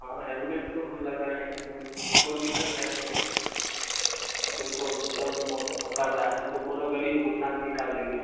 हाँ हेलमेट तो हम लगाएँ हैं तुम फोर व्हीलर से है तो हँ तुमको जाम पड़ रहा है हम तो कोनो गली में घुसा कर निकाल लेंगे